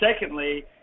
secondly